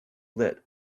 lit